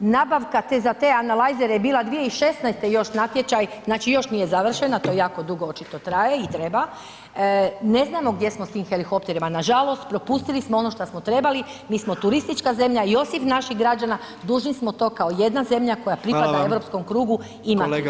Nabavka za te analizere je bila 2016. još natječaj, znači još nije završena, to jako dugo očito traje i treba, ne znamo gdje smo s tim helikopterima, nažalost, propustili smo ono šta smo trebali, mi smo turistička zemlja i osim naših građana, dužni smo tako jedna zemlja koja pripada europskom krugu imat, nažalost nemamo.